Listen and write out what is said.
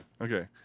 Okay